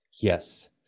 Yes